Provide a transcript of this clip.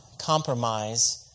compromise